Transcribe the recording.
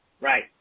right